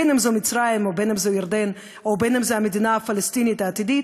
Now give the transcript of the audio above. בין שזו מצרים ובין שזו ירדן ובין שזו המדינה הפלסטינית העתידית,